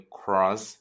cross